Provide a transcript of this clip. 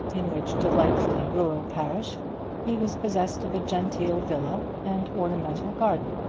in which delightfully rural parish he was possessed of a genteel villa and ornamental garden.